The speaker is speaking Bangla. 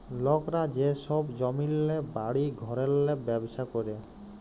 লকরা যে ছব জমিল্লে, বাড়ি ঘরেল্লে ব্যবছা ক্যরে